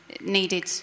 needed